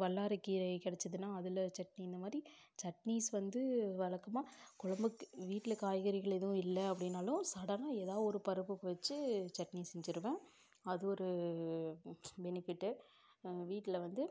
வல்லாரைக்கீரை கிடைச்சதுனா அதில் சட்னி இந்தமாதிரி சட்னிஸ் வந்து வழக்கமாக கொழம்புக்கு வீட்டில காய்கறிகள் எதுவும் இல்லை அப்படினாலும் சடனாக எதா ஒரு பருப்பு வச்சு சட்னி செஞ்சிருவேன் அது ஒரு பெனிஃபிட் வீட்டில வந்து